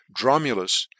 Dromulus